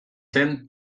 zen